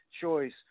choice